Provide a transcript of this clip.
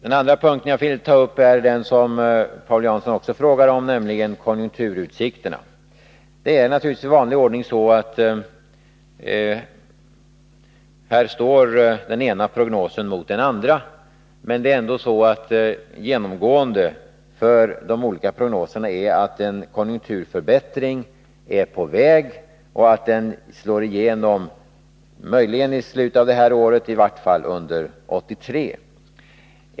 En annan punkt som jag vill beröra och som Paul Jansson också frågar om är konjunkturutsikterna. Naturligtvis är det i vanlig ordning så, att den ena prognosen står emot den andra. Men genomgående gäller för de olika prognoserna att de pekar på att en konjunkturförbättring är på väg och att denna kommer att slå igenom möjligen i slutet av detta år, men i vart fall under 1983.